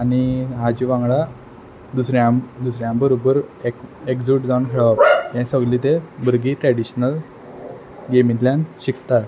आनी हाजे वांगडा दुसऱ्यां दुसऱ्यां बरोबर एक एकजूट जावन हेळोप हें सगलें ते भुरगीं ट्रॅडिशनल गेमींतल्यान शिकता